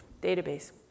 database